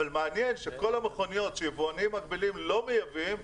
אבל מעניין שכל המכוניות שיבואנים מקבילים לא מייבאים,